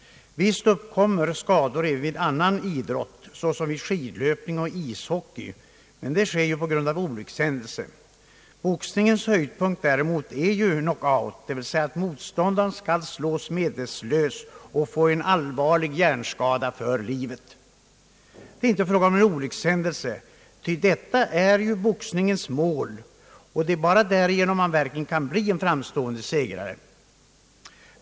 Visst uppkommer skador även vid annan idrott, såsom skidlöpning och ishockey, men det sker på grund av olyckshändelser. Boxningens höjdpunkt är däremot knockout, dvs. att motståndaren slås medvetslös och får en allvarlig hjärnskada för livet. Det är inte här fråga om någon olyckshändelse, utan detta är boxningens mål — det är bara genom knockout man verkligen kan bli en framstående segrare.